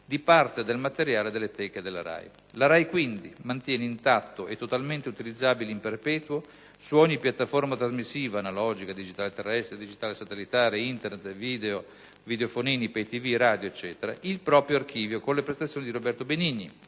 di parte del materiale delle teche della RAI. La RAI, quindi, mantiene intatto e totalmente utilizzabile in perpetuo su ogni piattaforma trasmissiva (analogica, digitale terrestre, digitale satellitare, internet, videofonini, *pay-tv*, radio eccetera) il proprio archivio con le prestazioni di Roberto Benigni,